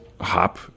hop